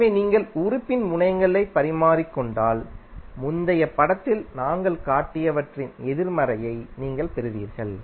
எனவே நீங்கள் உறுப்பின் முனையங்களை பரிமாறிக்கொண்டால் முந்தைய படத்தில் நாங்கள் காட்டியவற்றின் எதிர்மறையை நீங்கள் பெறுவீர்கள்